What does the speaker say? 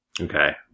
Okay